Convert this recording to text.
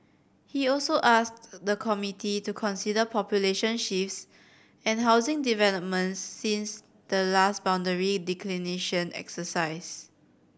he also asked the committee to consider population shifts and housing developments since the last boundary delineation exercise